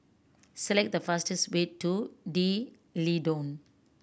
select the fastest way to D'Leedon